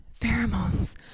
pheromones